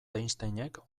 einsteinek